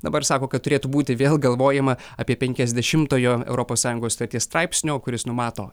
dabar sako kad turėtų būti vėl galvojama apie penkiasdešimtojo europos sąjungos sutarties straipsnio kuris numato